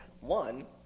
One